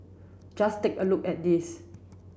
just take a look at these